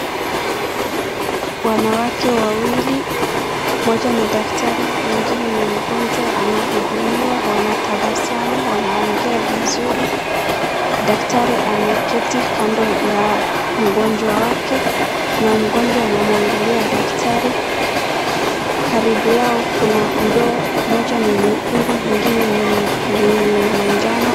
Wanawake wawili mmoja ni daktari mwingine ni mgonjwa anahudumiwa wanatabasamu wanaongea vizuri. Daktari ameketi kando ya mgonjwa wake na mgonjwa anamuangalia daktari karibu yao kuna ndoo mmoja ni nyekundu ingine ni manjano.